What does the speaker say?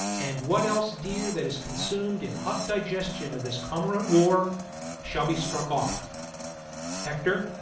and what else dear that is consum'd in hot digestion of this cormorant war shall be struck off hector,